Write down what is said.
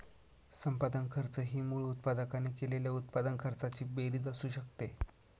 संपादन खर्च ही मूळ उत्पादकाने केलेल्या उत्पादन खर्चाची बेरीज असू शकते